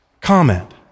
comment